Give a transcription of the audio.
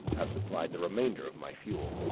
have supplied the remainder of my fuel.